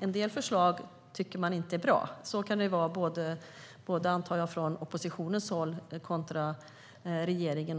en del förslag som man inte tycker är bra, och så kan man förhålla sig antingen man tillhör oppositionen eller regeringen.